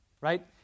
right